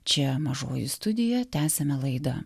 čia mažoji studija tęsiame laidą